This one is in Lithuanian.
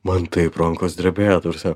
man taip rankos drebėjo ta prasme